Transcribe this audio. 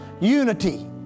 Unity